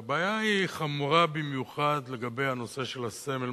הבעיה היא חמורה במיוחד לגבי הנושא של הסמל.